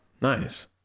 nice